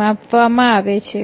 માપવામાં આવે છે